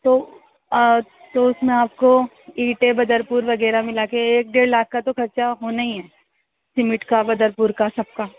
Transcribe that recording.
تو تو اس میں آپ کو اینٹیں بدرپور وغیرہ ملا کے ایک دیڑھ لاکھ کا تو خرچہ ہونا ہی ہے سیمٹ کا بدرپور کا سب کا